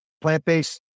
plant-based